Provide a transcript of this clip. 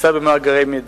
נמצא במאגרי מידע.